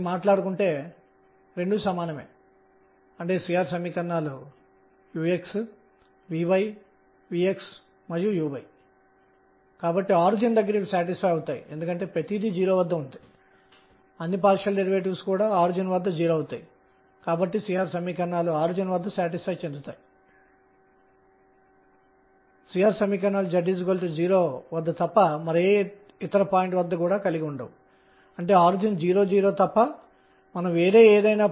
ఇది r తో పాటు గమనానికిమోషన్ జత చేయబడింది అని గమనించగలరు మరియు రేఖీయ ద్రవ్యవేగం యొక్క పరిమాణాన్ని కలిగి ఉంటుంది